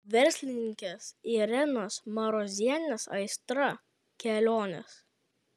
verslininkės irenos marozienės aistra kelionės